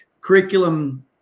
curriculum